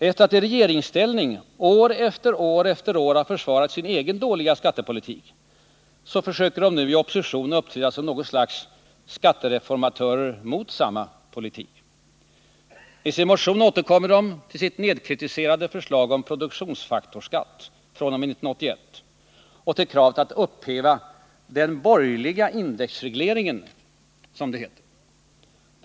Efter att i regeringsställning år efter år efter år ha försvarat sin egen dåliga skattepolitik söker socialdemokraterna nu i opposition uppträda såsom något slags skattereformatörer mot samma politik. I sin motion återkommer de till sitt nedkritiserade förslag om en produktionsfaktorsskatt fr.o.m. 1981 och till kravet på att upphäva ”den borgerliga indexregleringen”, som det heter.